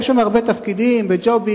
יש שם הרבה תפקידים וג'ובים,